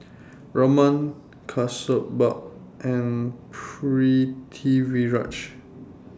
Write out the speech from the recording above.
Raman Kasturba and Pritiviraj